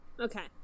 Okay